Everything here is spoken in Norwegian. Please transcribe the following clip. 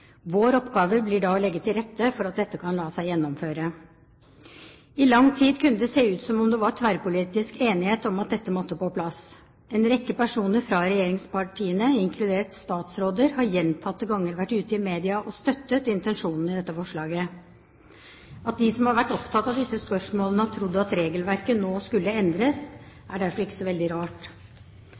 Vår oppgave blir da å legge til rette for at dette kan la seg gjennomføre. I lang tid kunne det se ut som om det var tverrpolitisk enighet om at dette måtte på plass. En rekke personer fra regjeringspartiene – inkludert statsråder – har gjentatte ganger vært ute i media og støttet intensjonen med dette forslaget. At de som har vært opptatt av disse spørsmålene, har trodd at regelverket nå skulle endres, er derfor ikke så veldig rart.